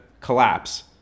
collapse